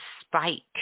spike